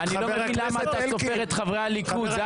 הבעיה שלי היא למה אתה סופר את חברי הכנסת של הליכוד.